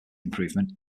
improvement